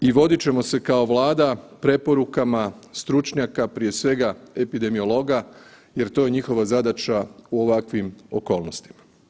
I vodit ćemo se kao Vlada preporukama stručnjaka, prije svega epidemiologa jer to je njihova zadaća u ovakvim okolnostima.